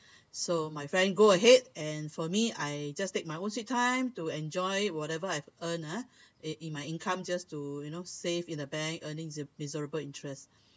so my friend went ahead and for me I just take my own sweet time to enjoy whatever I've earned ah in my income just to you know save in the bank earnings of miserable interest